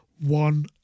one